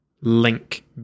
link